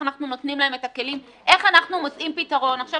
אנחנו פתוחים להכול, חוץ מהחלופה הזאת.